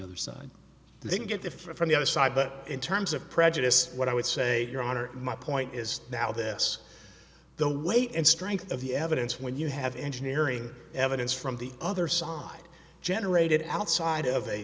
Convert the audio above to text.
other side they can get the fruit from the other side but in terms of prejudice what i would say your honor my point is now this the weight and strength of the evidence when you have engineering evidence from the other side generated outside of a